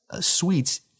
sweets